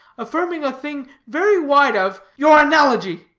affirming a thing very wide of your analogy,